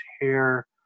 hair